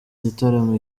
gitaramo